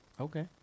Okay